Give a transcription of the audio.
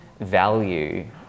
value